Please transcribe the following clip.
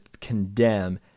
condemn